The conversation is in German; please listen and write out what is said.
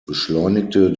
beschleunigte